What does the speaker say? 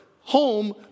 home